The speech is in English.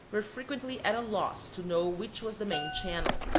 were frequently at a loss to know which was the main channel.